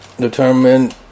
Determine